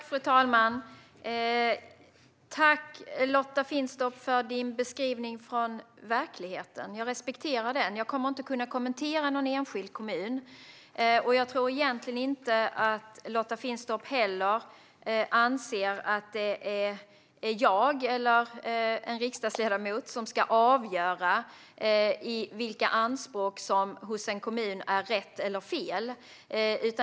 Fru talman! Tack, Lotta Finstorp, för din beskrivning från verkligheten! Jag respekterar den. Jag kommer inte att kunna kommentera någon enskild kommun, och jag tror egentligen inte heller att Lotta Finstorp anser att det är jag eller en riksdagsledamot som ska avgöra vilka anspråk från en kommun som är rätt eller fel.